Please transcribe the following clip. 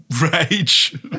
Rage